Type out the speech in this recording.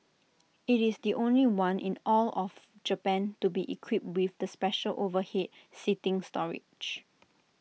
IT is the only one in all of Japan to be equipped with the special overhead seating storage